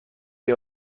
qué